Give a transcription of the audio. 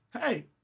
hey